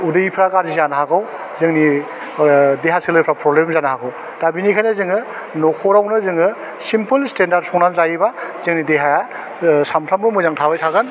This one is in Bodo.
उदैफ्रा गाज्रि जानो हागौ जोंनि ओह देहा सोलेरफ्रा पब्लेम जानो हागौ दा बिनिखायनो जोङो नख'रावनो जोङो सिम्पल स्टेन्डार्ड संना जायोबा जोंनि देहाया ओह सानफ्रामबो मोजां थाबाय थागोन